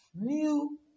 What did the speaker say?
New